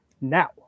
now